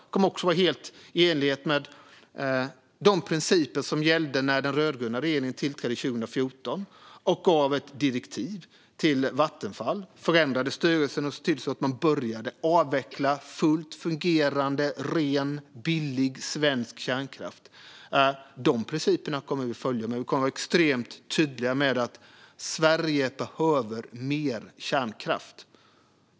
Den kommer också att vara helt i enlighet med de principer som gällde när den rödgröna regeringen tillträdde 2014 och gav ett direktiv till Vattenfall och förändrade styrelsen så att fullt fungerande, ren och billig svensk kärnkraft började avvecklas. Dessa principer kommer vi att följa, men vi kommer att vara extremt tydliga med att Sverige behöver mer kärnkraft.